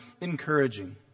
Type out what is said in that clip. encouraging